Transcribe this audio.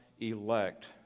elect